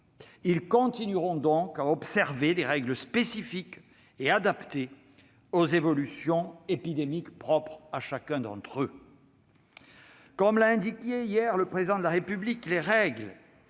continueront donc à observer des règles spécifiques et adaptées aux évolutions épidémiques propres à chacun d'entre eux. Comme l'a indiqué hier le Président de la République, les règles